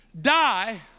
die